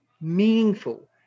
meaningful